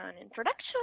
introduction